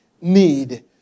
need